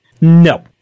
No